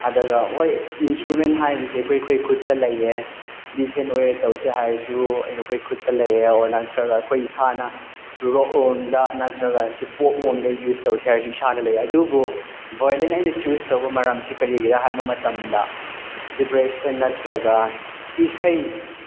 ꯑꯗꯨꯒ ꯍꯣꯏ ꯏꯟꯁꯇ꯭ꯔꯨꯃꯦꯟ ꯍꯥꯏꯕꯁꯦ ꯑꯩꯈꯣꯏ ꯑꯩꯈꯣꯏꯒꯤ ꯈꯨꯠꯇ ꯂꯩꯌꯦ ꯗꯤꯁꯦꯟ ꯑꯣꯏꯅ ꯇꯧꯁꯦ ꯍꯥꯏꯔꯁꯨ ꯑꯩꯈꯣꯏ ꯈꯨꯠꯇ ꯂꯩꯌꯦ ꯑꯣꯔ ꯅꯠꯇ꯭ꯔꯒ ꯑꯩꯈꯣꯏ ꯏꯁꯥꯅ ꯔꯣꯛꯂꯣꯝꯗ ꯅꯠꯇ꯭ꯔꯒ ꯁꯤ ꯄꯣꯞꯂꯣꯝꯗ ꯌꯨꯁ ꯇꯧꯁꯦ ꯍꯥꯏꯔꯁꯨ ꯏꯁꯥꯗ ꯂꯩꯌꯦ ꯑꯗꯨꯕꯨ ꯚꯥꯌꯣꯂꯤꯟ ꯑꯩꯅ ꯆꯨꯁ ꯇꯧꯕ ꯃꯔꯝꯁꯦ ꯀꯔꯤꯒꯤꯔꯥ ꯍꯥꯏꯕ ꯃꯇꯝꯗ ꯗꯤꯄ꯭ꯔꯦꯁꯟ ꯅꯠꯇ꯭ꯔꯒ ꯏꯁꯩ